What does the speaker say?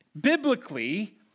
biblically